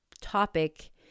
topic